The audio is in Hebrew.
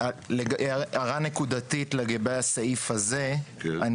הערה נקודתית לגבי הסעיף הזה אני